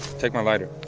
take my lighter